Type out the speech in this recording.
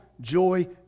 joy